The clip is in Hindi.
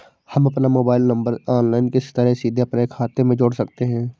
हम अपना मोबाइल नंबर ऑनलाइन किस तरह सीधे अपने खाते में जोड़ सकते हैं?